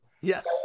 Yes